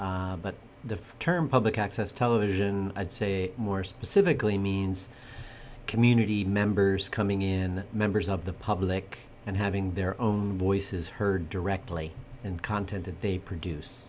but the term public access television i'd say more specifically means community members coming in members of the public and having their own voices heard directly and content that they produce